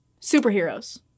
superheroes